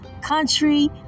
country